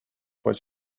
was